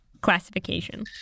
classification